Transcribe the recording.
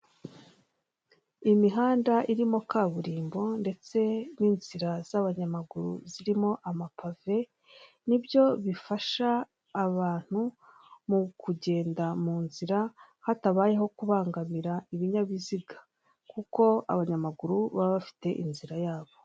Imihanda irimo kaburimbo ndetse n'inzira z'abanyamaguru zirimo amapave, nibyo bifasha abantu mukugenda munzira hatabyeho kubangamira ibinyabiziga kuko abanyamaguru baba bfite inzira ya bo.